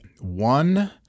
one